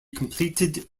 completed